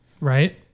Right